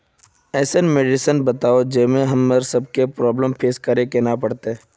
ऐसन मेडिसिन बताओ जो हम्मर सबके प्रॉब्लम फेस करे ला ना पड़ते?